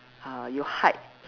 ah you hide